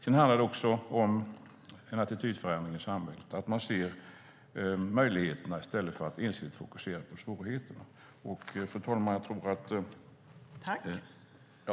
Det handlar också om en attitydförändring i samhället, att se möjligheterna i stället för att ensidigt fokusera på svårigheterna.